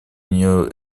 нее